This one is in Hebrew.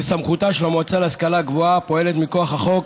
לסמכותה של המועצה להשכלה גבוהה הפועלת מכוח החוק